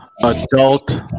adult